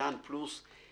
ערוץ הכנסת כמובן.